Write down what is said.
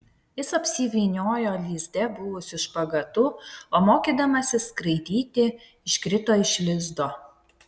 jis apsivyniojo lizde buvusiu špagatu o mokydamasis skraidyti iškrito iš lizdo